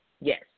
yes